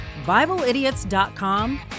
BibleIdiots.com